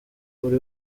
buri